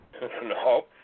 No